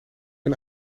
een